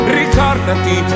ricordati